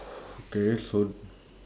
okay so